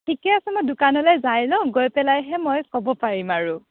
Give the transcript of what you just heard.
ঠিকে আছে মই দোকানলৈ যাই লওঁ গৈ পেলাইহে মই ক'ব পাৰিম আৰু